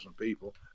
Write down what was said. people